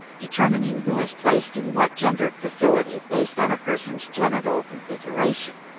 determining who is placed in what gendered facility based on a person's genital configuration.